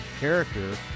character